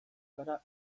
gara